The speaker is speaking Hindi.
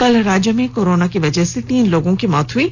कल राज्य में कोरोना की वजह से तीन लोगों की मौत हो गयी